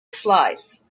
flies